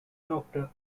doctor